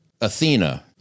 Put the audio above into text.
Athena